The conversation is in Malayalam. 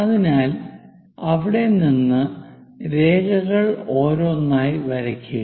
അതിനാൽ അവിടെ നിന്ന് രേഖകൾ ഓരോന്നായി വരയ്ക്കുക